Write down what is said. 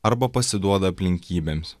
arba pasiduoda aplinkybėms